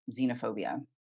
xenophobia